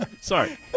Sorry